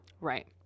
right